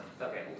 Okay